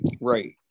Right